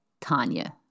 Tanya